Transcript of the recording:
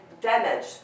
damage